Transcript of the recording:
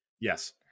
Yes